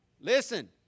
Listen